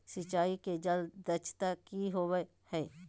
सिंचाई के जल दक्षता कि होवय हैय?